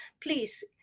please